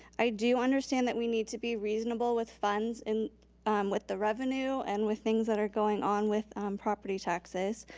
i do understand that we need to be reasonable with funds and with the revenue, and with things that are going on with property taxes.